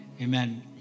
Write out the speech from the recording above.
Amen